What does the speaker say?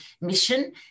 mission